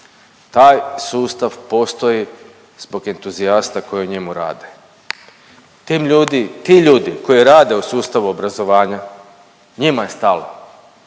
taj sustav postoji zbog entuzijasta koji u njemu rade. Ti ljudi koji rade u sustavu obrazovanja njima je stalo,